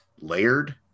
layered